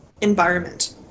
environment